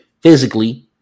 physically